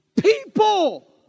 People